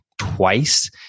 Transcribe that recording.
twice